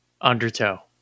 Undertow